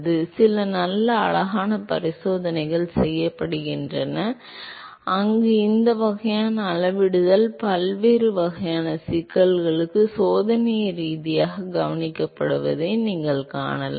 எனவே சில நல்ல அழகான பரிசோதனைகள் செய்யப்படுகின்றன அங்கு இந்த வகையான அளவிடுதல் பல்வேறு வகையான சிக்கல்களுக்கு சோதனை ரீதியாக கவனிக்கப்படுவதை நீங்கள் காணலாம்